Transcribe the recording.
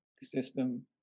system